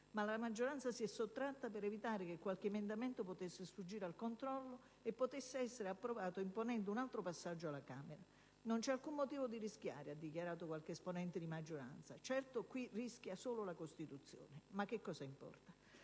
ma la maggioranza si è sottratta per evitare che qualche emendamento potesse sfuggire al controllo e potesse essere approvato, imponendo un altro passaggio alla Camera. Non c'è alcun motivo di rischiare, ha dichiarato qualche esponente di maggioranza. Certo, qui rischia solo la Costituzione. Ma che importa?